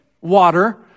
water